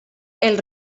els